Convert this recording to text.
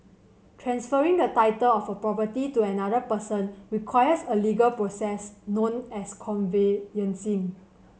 transferring the title of a property to another person requires a legal process known as conveyancing